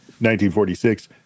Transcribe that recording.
1946